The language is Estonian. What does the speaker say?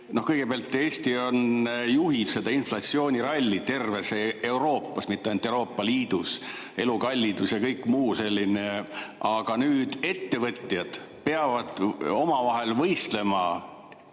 kõigepealt Eesti juhib seda inflatsioonirallit terves Euroopas, mitte ainult Euroopa Liidus – elukallidus ja kõik muu selline. Aga nüüd ettevõtjad peavad veel võistlema